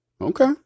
Okay